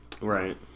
Right